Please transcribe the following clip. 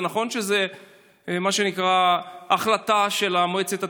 נכון שזו החלטה של מועצת התלמידים,